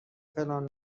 فلان